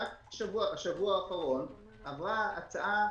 רק בשבוע האחרון עברה הצעה,